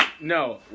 No